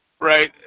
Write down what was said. right